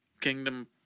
kingdom